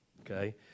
Okay